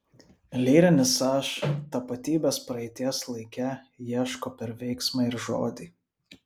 lyrinis aš tapatybės praeities laike ieško per veiksmą ir žodį